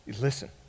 Listen